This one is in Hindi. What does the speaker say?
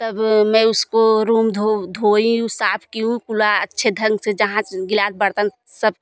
तब मैं उसको रूम धोई साफ़ की हूँ पूरा अच्छे ढंग से जहाँ गिलास बर्तन सब